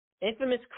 infamous